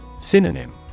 Synonym